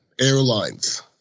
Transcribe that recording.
airlines